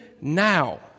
now